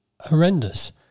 horrendous